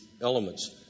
elements